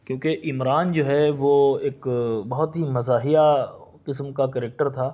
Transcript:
کیونکہ عمران جو ہے وہ ایک بہت ہی مزاحیہ قسم کا کیریکٹر تھا